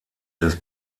des